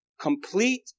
complete